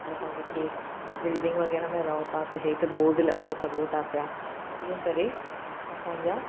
अगरि तव्हां किथे बिल्डिंग वग़ैरह में रहो था त हेठि बोर्ड लॻाए सघो था पिया ईअं करे असांजा